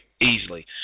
easily